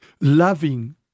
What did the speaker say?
loving